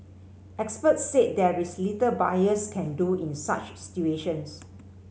experts said there is little buyers can do in such situations